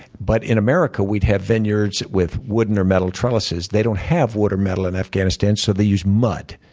but in america we'd have vineyards with wooden or metal trellises. they don't have wood or metal in afghanistan, so they use mud.